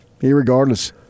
Irregardless